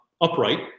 upright